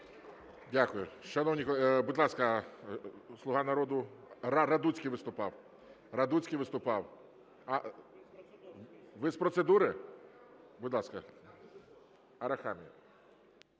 колеги… Будь ласка, "Слуга народу". Радуцький, виступав. Радуцький виступав. Ви з процедури? Будь ласка, Арахамія.